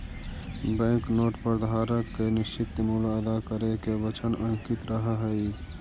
bank note पर धारक के निश्चित मूल्य अदा करे के वचन अंकित रहऽ हई